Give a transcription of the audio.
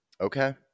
okay